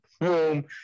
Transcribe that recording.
Boom